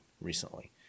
recently